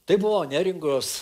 tai buvo neringos